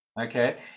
Okay